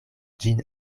ĝin